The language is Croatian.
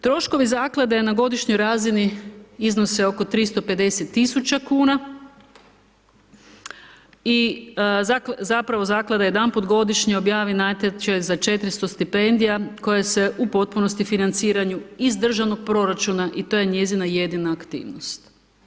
Troškovi zaklade na godišnjoj razini iznose oko 350.000 kuna i zapravo zaklada jedanput godišnje objavi natječaj za 400 stipendija koje se u potpunosti financiraju iz državnog proračuna i to je njezina jedina aktivnost.